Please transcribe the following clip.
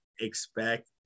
expect